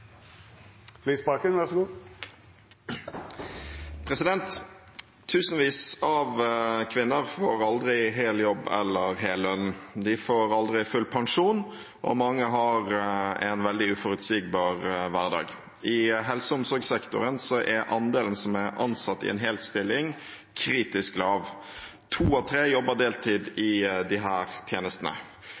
av kvinner får aldri hel jobb eller hel lønn. De får aldri full pensjon, og mange har en veldig uforutsigbar hverdag. I helse- og omsorgssektoren er andelen som er ansatt i en hel stilling, kritisk lav. To av tre jobber deltid i disse tjenestene.